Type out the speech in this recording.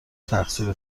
تقصیر